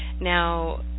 now